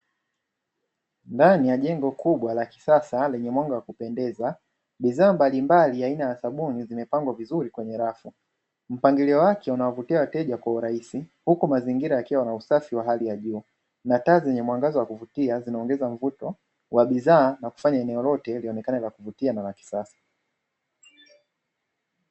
Ndani ya jengo kubwa la kisasa lenye mwanga wa kupendeza, bidhaa mbalimbali aina ya sabuni vimepangwa vizuri kwenye rafu. Mpangilio wake unavutia wateja kwa urahisi, huku mazingira yakiwa na usafi wa hali ya juu na taa zenye mwangaza wa kuvutia zinaongeza mvuto wa bidhaa na kufanya eneo lote lionekane la kuvutia na la kisasa.